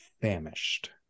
famished